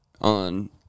on